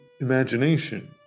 imagination